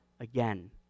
again